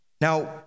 Now